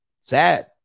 Sad